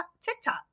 TikTok